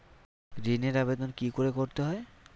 ঋণের আবেদন কি করে করতে হয়?